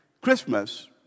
Christmas